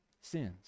sins